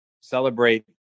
Celebrate